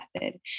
method